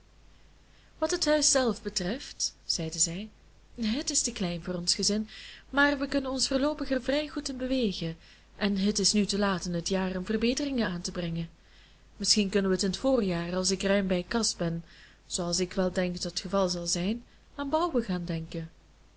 wat het huis zelf betreft zeide zij het is te klein voor ons gezin maar we kunnen ons voorloopig er vrij goed in bewegen en het is nu te laat in het jaar om verbeteringen aan te brengen misschien kunnen we in t voorjaar als ik ruim bij kas ben zooals ik wel denk dat t geval zal zijn aan bouwen gaan denken